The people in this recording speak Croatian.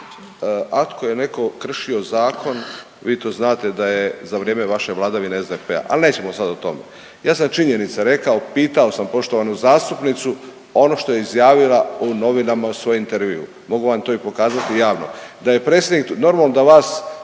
ako je netko kršio zakon vi to znate da je za vrijeme vaše vladavine SDP-a. Ali nećemo sada o tome. Ja sam činjenice rekao. Pitao sam poštovanu zastupnicu, a ono što je izjavila u novinama u svojem intervju mogu vam to i pokazati javno